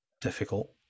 difficult